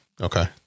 Okay